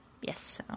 Yes